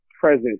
present